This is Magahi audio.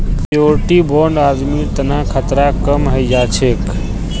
श्योरटी बोंड आदमीर तना खतरा कम हई जा छेक